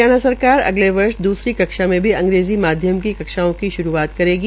हरियाणा सरकार अगले वर्ष द्सरी कक्षा में अंग्रेजी माध्यम की कक्षाओं की श्रूआत करेगी